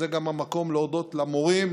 זה גם המקום להודות למורים,